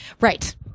Right